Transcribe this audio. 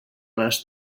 les